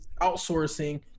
outsourcing